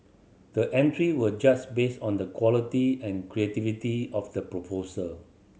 the entry were just based on the quality and creativity of the proposal